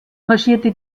marschierte